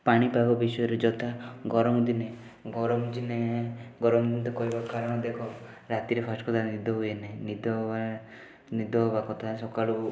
ପାଣିପାଗ ବିଷୟରେ ଯଥା ଗରମ ଦିନେ ଗରମ ଦିନେ ଗରମ ତ କରିବ କାରଣ ଦେଖ ରାତିରେ ଫାଷ୍ଟ୍ କଥା ନିଦ ହୁଏ ନାହିଁ ନିଦ ବ ନିଦ ହେବା କଥା ସକାଳୁ